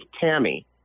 Tammy